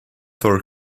for